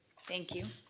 thank you.